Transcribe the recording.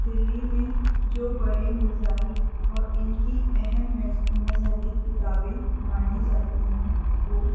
دلی میں جو بڑے مذاہب اور ان کی اہم مذ مذہبی کتابیں مانی جاتی ہیں وہ